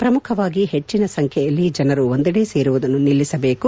ಪ್ರಮುಖವಾಗಿ ಹೆಚ್ಚನ ಸಂಖ್ಯೆಯಲ್ಲಿ ಜನರು ಒಂದೆಡೆ ಸೇರುವುದನ್ನು ನಿಲ್ಲಿಸಬೇಕು